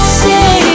say